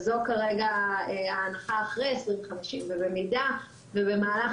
זו כרגע ההנחה אחרי 2050. במידה ובמהלך